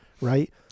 right